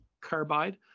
Carbide